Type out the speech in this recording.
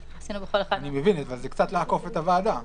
אני מבין, אבל זה קצת לעקוף את הוועדה.